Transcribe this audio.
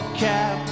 cap